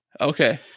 okay